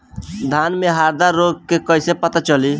धान में हरदा रोग के कैसे पता चली?